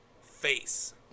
face